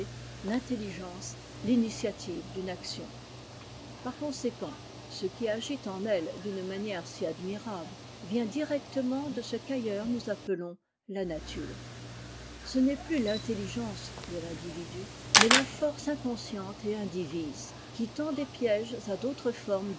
tintelligence finitiative d'une action par conséquent ce qui agit en elles d'une manière si admirable vient directement de ce qu'ailleurs nous appelons la nature ce n'est plus l'intelligence de l'individu mais la force inconsciente et indivise qui tend des pièges à d'autres formes